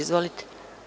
Izvolite.